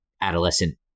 adolescent